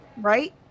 Right